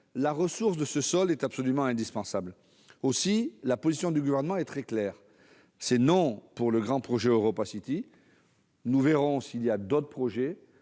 la ressource de ce sol est absolument indispensable. La position du Gouvernement est très claire : non au grand projet EuropaCity ; nous verrons s'il y a d'autres projets,